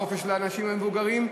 חופש לאנשים מבוגרים,